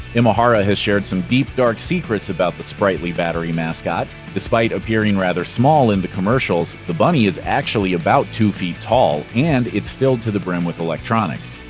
imahara has shared some deep dark secrets about the sprightly battery mascot. despite appearing rather small in the commercials, the bunny is actually about two feet tall, and it's filled to the brim with electronics.